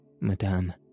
madame